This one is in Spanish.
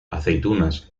aceitunas